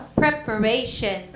preparation